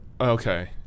Okay